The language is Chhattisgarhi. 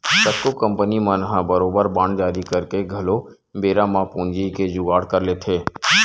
कतको कंपनी मन ह बरोबर बांड जारी करके घलो बेरा म पूंजी के जुगाड़ कर लेथे